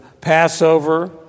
Passover